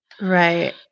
Right